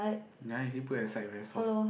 ya is it put at side very soft